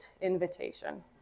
Invitation